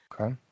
Okay